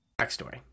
Backstory